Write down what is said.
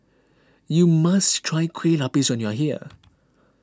you must try Kueh Lapis when you are here